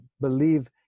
believe